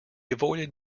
avoided